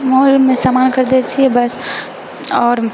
मॉलमे समान खरीदै छियै बस आओर